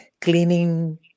cleaning